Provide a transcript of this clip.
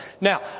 Now